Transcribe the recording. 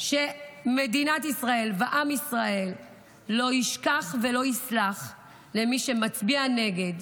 שמדינת ישראל ועם ישראל לא ישכחו ולא יסלחו למי שמצביע נגד,